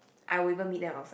I will even meet them outside